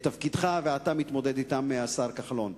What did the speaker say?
תפקידך, ואתה מתמודד אתן, השר כחלון.